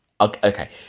Okay